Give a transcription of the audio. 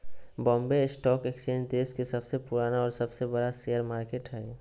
Bombay stock exchange देश के सबसे पुराना और सबसे बड़ा शेयर मार्केट हइ